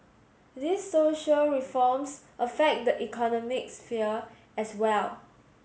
these social reforms affect the economic sphere as well